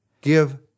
give